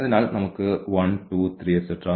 അതിനാൽ നമുക്ക് 1 2